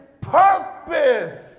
purpose